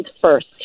first